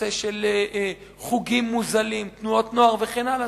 נושא של חוגים מוזלים, תנועות נוער וכן הלאה.